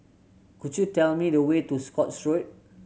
could you tell me the way to Scotts Road